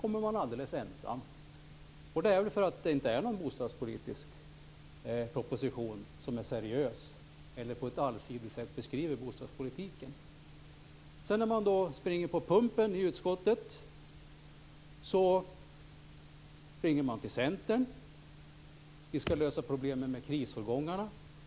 Man kommer alldeles ensam. Det beror väl på att detta inte är någon seriös bostadspolitisk proposition som på ett allsidigt sätt beskriver bostadspolitiken. När man sedan springer på pumpen i utskottet ringer man till Centern och säger att vi skall lösa problemen med krisårgångarna.